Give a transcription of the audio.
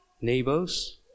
neighbors